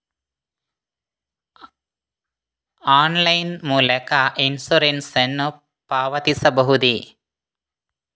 Online ಮೂಲಕ insurance ನ್ನು ಪಾವತಿಸಬಹುದೇ?